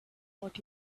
what